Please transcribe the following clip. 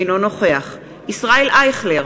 אינו נוכח ישראל אייכלר,